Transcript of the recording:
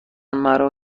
مرا